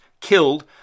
killed